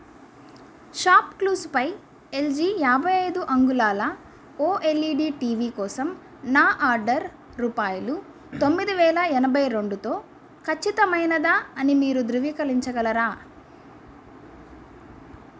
shop క్లూస్పై L G యాభై ఐదు అంగుళాల O L E D T V కోసం నా ఆర్డర్ రూపాయలు తొమ్మిది వేల ఎనభై రెండుతో ఖచ్చితమైనదా అని మీరు ధృవీకరించగలరా